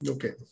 Okay